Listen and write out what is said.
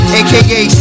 aka